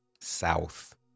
south